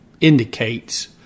indicates